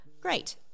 Great